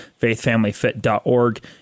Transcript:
faithfamilyfit.org